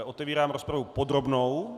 Otevírám rozpravu podrobnou.